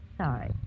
Sorry